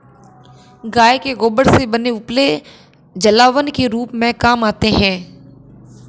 गाय के गोबर से बने उपले जलावन के रूप में काम आते हैं